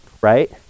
right